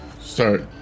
start